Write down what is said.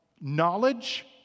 knowledge